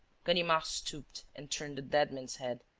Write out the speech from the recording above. ganimard stooped and turned the dead man's head,